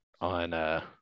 on